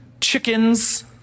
chickens